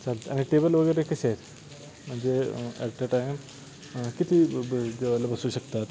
चालत आहे आणि टेबल वगैरे कसे आहेत म्हणजे ॲट अ टाईम किती ब जेवायला बसू शकतात